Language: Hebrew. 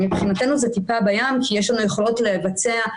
מבחינתנו זה טיפה בים כי יש לנו יכולות לבצע,